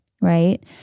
right